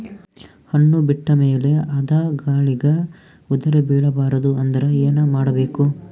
ಹಣ್ಣು ಬಿಟ್ಟ ಮೇಲೆ ಅದ ಗಾಳಿಗ ಉದರಿಬೀಳಬಾರದು ಅಂದ್ರ ಏನ ಮಾಡಬೇಕು?